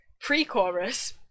pre-chorus